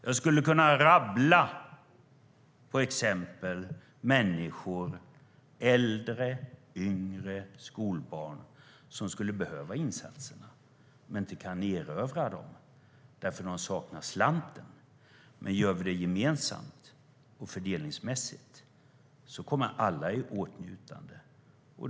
Jag skulle kunna rabbla upp exempel på människor - äldre, yngre och skolbarn - som skulle behöva insatserna men inte kan erövra dem eftersom de saknar slanten. Gör vi det däremot gemensamt och fördelningsmässigt kommer alla i åtnjutande av detta.